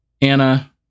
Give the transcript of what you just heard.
Anna